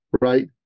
right